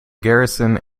garrison